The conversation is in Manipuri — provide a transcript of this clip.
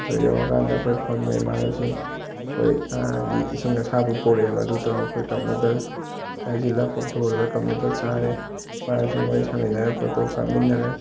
ꯑꯗꯣ ꯌꯧꯔ ꯀꯥꯟꯗ ꯑꯩꯈꯣꯏ ꯐꯝꯃꯦ ꯏꯃꯥꯟꯅꯕꯁꯤꯡ ꯑꯩꯈꯣꯏ ꯗꯤ ꯏꯁꯤꯡ ꯑꯁꯥꯕ ꯄꯨꯔꯛꯑꯦꯕ ꯑꯗꯨ ꯇꯧꯔꯒ ꯑꯩꯈꯣꯏ ꯀꯞ ꯅꯨꯗꯜꯁ ꯍꯩꯖꯤꯜꯂꯒ ꯄꯣꯞꯊꯣꯛꯍꯜꯂꯒ ꯀꯞ ꯅꯨꯗꯜꯁ ꯆꯥꯔꯦ ꯏꯃꯥꯟꯅꯕꯁꯤꯡ ꯋꯥꯔꯤ ꯁꯥꯃꯤꯟꯅꯔꯒ ꯐꯣꯇꯣ ꯀꯥꯞꯃꯤꯟꯅꯔꯦ